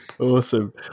Awesome